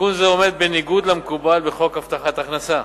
תיקון זה עומד בניגוד למקובל בחוק הבטחת הכנסה,